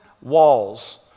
walls